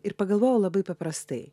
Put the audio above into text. ir pagalvojau labai paprastai